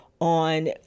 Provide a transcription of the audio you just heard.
on